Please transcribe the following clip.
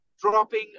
dropping